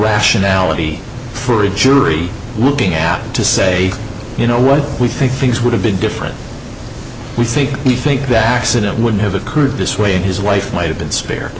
rationality for a jury looking at to say you know what we think things would have been different we think we think that accident wouldn't have occurred this way and his wife might have been spear